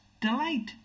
delight